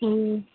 ए